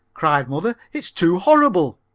cried mother. it's too horrible!